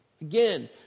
Again